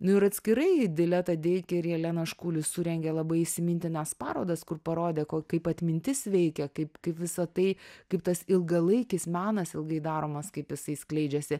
ir atskirai dileta deikė ir jelena škulis surengė labai įsimintinas parodas kur parodė ko kaip atmintis veikia kaip kaip visa tai kaip tas ilgalaikis menas ilgai daromas kaip jisai skleidžiasi